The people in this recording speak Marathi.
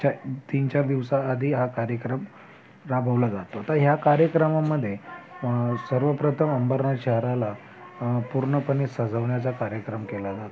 च्या तीन चार दिवसाआधी हा कार्यक्रम राबवला जातो तर ह्या कार्यक्रमामध्ये सर्वप्रथम अंबरनाथ शहराला पूर्णपणे सजवण्याचा कार्यक्रम केला जातो